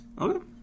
Okay